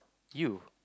you